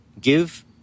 Give